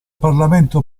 parlamento